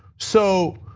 so,